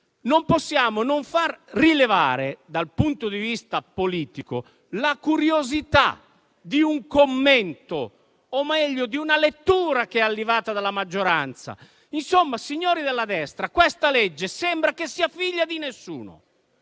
non possiamo non far rilevare, dal punto di vista politico, la curiosità di un commento o, meglio, di una lettura arrivata dalla maggioranza. Signori della destra, sembra che questa legge sia figlia di nessuno.